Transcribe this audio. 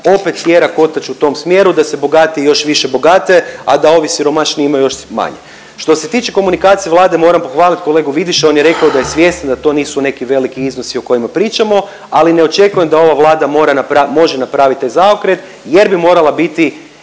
opet tjera kotač u tom smjeru da se bogatiji još više bogate, a da ovi siromašniji imaju još manje. Što se tiče komunikacije vlade moram pohvalit kolegu Vidiša on je rekao da je svjestan da to nisu neki veliki iznosi o kojima pričamo, ali ne očekujem da ova vlada mora može napravit taj zaokret jer bi morala biti